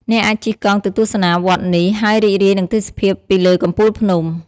អ្នកអាចជិះកង់ទៅទស្សនាវត្តនេះ ហើយរីករាយនឹងទេសភាពពីលើកំពូលភ្នំ។